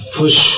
push